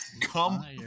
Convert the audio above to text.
Come